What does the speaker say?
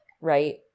right